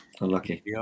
Unlucky